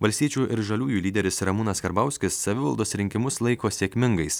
valstiečių ir žaliųjų lyderis ramūnas karbauskis savivaldos rinkimus laiko sėkmingais